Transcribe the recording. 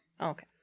Okay